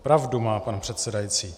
Pravdu má pan předsedající.